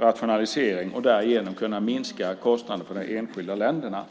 rationalisering och därigenom kunna minska kostnaden för de enskilda länderna.